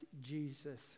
Jesus